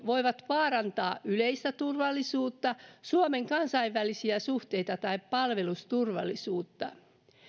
voivat vaarantaa yleistä turvallisuutta suomen kansainvälisiä suhteita tai palvelusturvallisuutta